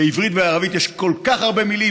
בעברית ובערבית יש כל כך הרבה מילים,